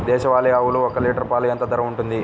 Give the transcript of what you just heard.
దేశవాలి ఆవులు ఒక్క లీటర్ పాలు ఎంత ధర ఉంటుంది?